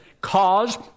cause